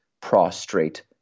prostrate